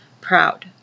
proud